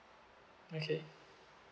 okay